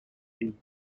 indeed